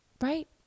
right